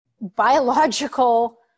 biological